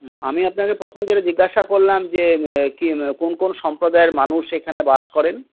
হুম আমি আপনাকে প্রশ্ন করে জিজ্ঞাসা করলাম যে কী কোন কোন সম্প্রদায়ের মানুষ এখানে বাস করেন